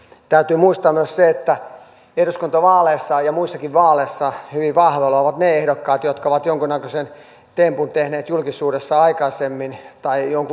täytyy muistaa myös se että eduskuntavaaleissa ja muissakin vaaleissa hyvin vahvoilla ovat ne ehdokkaat jotka ovat jonkunnäköisen tempun tehneet julkisuudessa aikaisemmin tai jonkun urheilusuorituksen